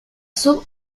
sub